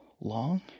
long